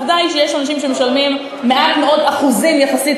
עובדה היא שיש אנשים שמשלמים מעט מאוד אחוזים יחסית